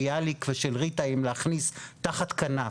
ביאליק ושל ריטה 'אם להכניס תחת כנף'.